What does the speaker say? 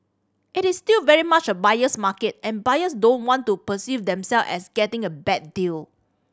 it is still very much a buyer's market and buyers don't want to perceive themselves as getting a bad deal